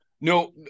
No